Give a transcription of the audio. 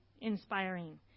Inspiring